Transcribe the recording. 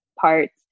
parts